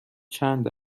چند